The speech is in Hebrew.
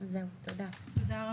תודה.